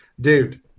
Dude